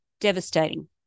devastating